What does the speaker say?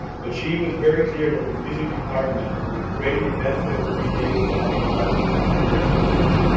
but she was very clear that the music department would greatly benefit from being able to offer housing to their students.